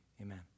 Amen